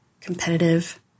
competitive